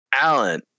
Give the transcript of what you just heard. Alan